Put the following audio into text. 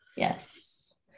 Yes